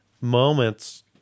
moments